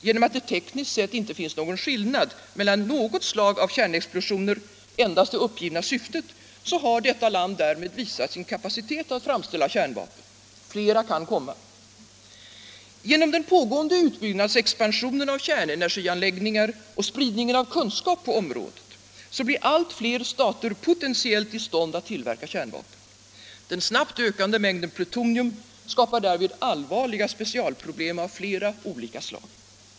Genom att det tekniskt sett inte finns någon skillnad mellan något slag av kärnexplosioner — endast det uppgivna syftet — har detta land därmed visat sin kapacitet att framställa kärnvapen. Flera kan komma. Genom den pågående utbyggnadsexpansionen av kärnenergianläggningar och spridningen av kunskap på området blir allt flera stater potentiellt i stånd att tillverka kärnvapen. Den snabbt ökande mängden plutonium skapar därvid allvarliga specialproblem av flera olika slag.